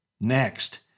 Next